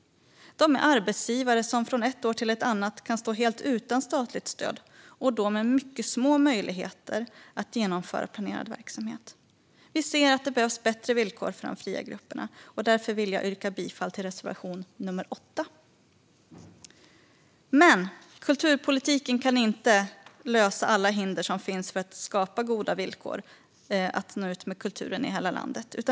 De är arbetsgivare som från ett år till ett annat kan stå helt utan statligt stöd och som då har mycket små möjligheter att genomföra planerad verksamhet. Vi ser att det behövs bättre villkor för de fria grupperna. Därför vill jag yrka bifall till reservation nr 8. Men kulturpolitiken kan inte ta bort alla hinder som finns när det gäller att skapa goda villkor och att nå ut med kulturen i hela landet.